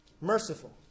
Merciful